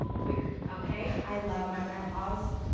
weird, okay. i love my grandpas.